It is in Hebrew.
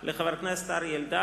לאחר אישור סעיף 9ב לתקנון הכנסת,